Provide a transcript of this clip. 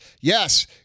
Yes